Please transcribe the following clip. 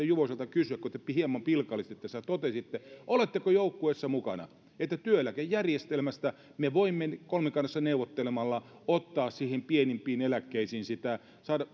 juvoselta kysyä kun te hieman pilkallisesti tässä totesitte oletteko joukkueessa mukana että työeläkejärjestelmästä me voimme kolmikannassa neuvottelemalla ottaa pienimpiin eläkkeisiin sitä